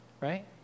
right